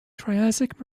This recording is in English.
triassic